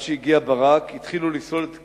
עד שהגיע ברק, התחילו לסלול את